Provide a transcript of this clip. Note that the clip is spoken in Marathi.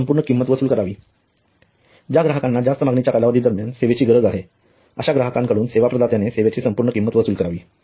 संपूर्ण किंमत वसूल करावी ज्या ग्राहकांना जास्त मागणीच्या कालावधी दरम्यान सेवेची गरज आहे अश्या ग्राहकांकडून सेवा प्रदात्यानी सेवेची संपूर्ण किंमत वसूल करावी